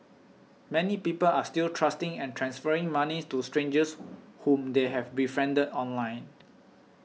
many people are still trusting and transferring moneys to strangers whom they have befriended online